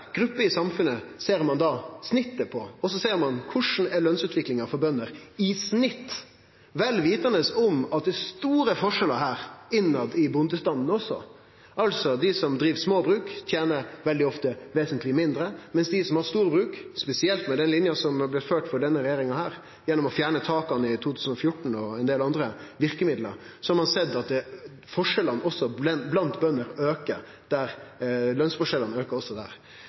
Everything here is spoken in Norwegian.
grupper i samfunnet, og så ser ein på korleis lønnsutviklinga er for bønder – i snitt – vel vitande om at det er store forskjellar her, også innanfor bondestanden. Dei som driv småbruk, tener veldig ofte vesentleg mindre enn dei som har storbruk. Spesielt med den linja som blir ført frå denne regjeringa – gjennom å fjerne taket i 2014, og ein del andre verkemiddel – har ein sett at lønsforskjellane aukar også blant bønder.